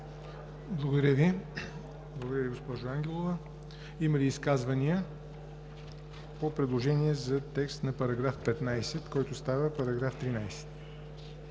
Благодаря Ви, госпожо Ангелова. Има ли изказвания по предложения за текст на § 15, който става § 13?